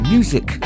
Music